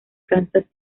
kansas